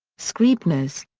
scribner's.